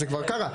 זה כבר קרה.